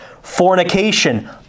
fornication